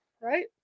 right